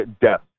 death